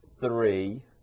three